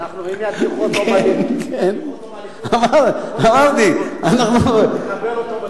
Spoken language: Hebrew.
אם ידיחו אותו מהליכוד, נקבל אותו בכבוד.